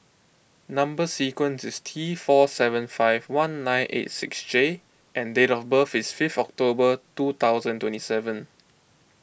Number Sequence is T four seven five one nine eight six J and date of birth is fifth October two thousand and twenty seven